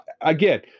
again